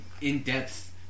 in-depth